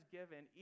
given